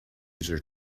user